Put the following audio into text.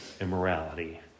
immorality